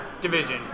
division